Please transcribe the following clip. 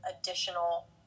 additional